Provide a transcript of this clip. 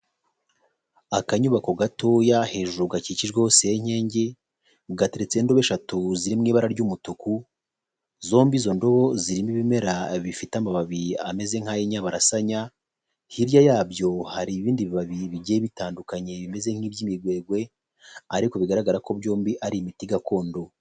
Akanyubako gatoya hejuru gakikijweho senyenge gateretseho indobo eshatu ziri mu ibara ry'umutuku, zombi izo ndobo zirimo ibimera bifite amababi ameze nk'ay'inyabarasanya, hirya yabyo hari ibindi bibabi bigiye bitandukanye bimeze nk'iby'imigwegwe ariko bigaragara ko byombi ari imiti gakondo.